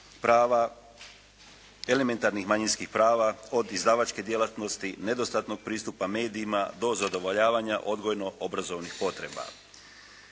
prava, elementarnih manjinskih prava od izdavačke djelatnosti, nedostatnog pristupa medijima do zadovoljavanja odgojno obrazovnih potreba.